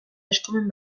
eskumen